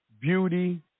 beauty